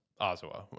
Ozawa